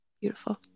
Beautiful